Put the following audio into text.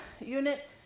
unit